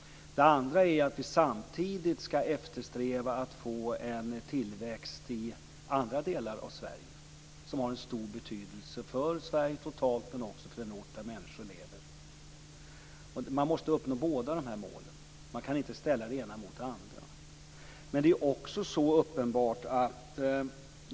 Det andra problemet är att vi samtidigt skall eftersträva att få en tillväxt i andra delar av Sverige, som har en stor betydelse för Sverige totalt men också för den ort där människor lever. Båda dessa mål måste uppnås. Man kan inte ställa det ena mot det andra.